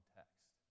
text